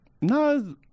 No